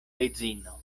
edzino